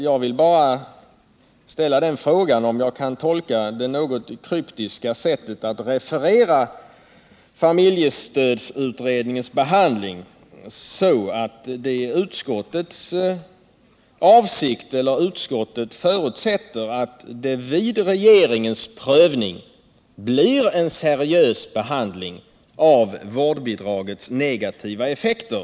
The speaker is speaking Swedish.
Jag vill bara ställa frågan, om jag kan tolka det något kryptiska sättet att referera familjestödsutredningens behandling så, att utskottet förutsätter att det vid regeringens prövning blir en seriös behandling av vårdbidragets negativa effekter.